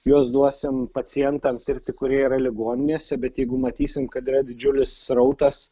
juos duosim pacientam tirti kurie yra ligoninėse bet jeigu matysim kad yra didžiulis srautas